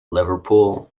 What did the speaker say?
liverpool